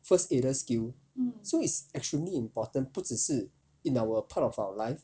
first aider skill so it's extremely important 不只是 in our part of our life